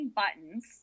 buttons